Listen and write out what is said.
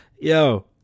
Yo